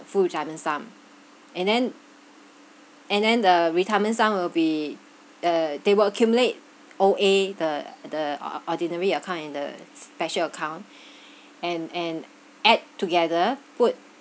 full retirement sum and then and then the retirement sum will be uh they will accumulate O_A the the o~ o~ ordinary account and the special account and and add together put